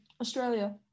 Australia